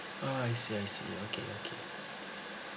oh I see I see okay okay